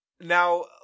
Now